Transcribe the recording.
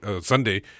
Sunday